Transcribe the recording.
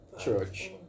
Church